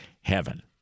Heaven